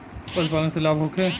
पशु पालन से लाभ होखे?